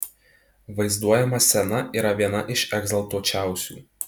vaizduojama scena yra viena iš egzaltuočiausių